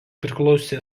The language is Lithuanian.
priklausė